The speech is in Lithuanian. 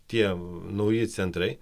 tie nauji centrai